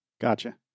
Gotcha